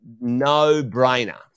no-brainer